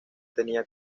tenía